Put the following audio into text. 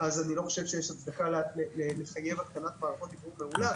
אני לא חושב שיש הצדקה לחייב התקנת מערכות אוורור מאולץ.